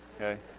Okay